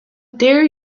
dare